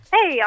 Hey